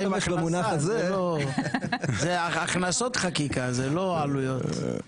זה הכנסות חקיקה, זה לא עלויות.